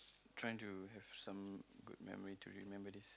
trying to have some good memory to remember this